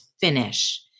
finish